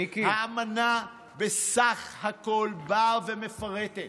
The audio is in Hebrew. האמנה בסך הכול באה ומפרטת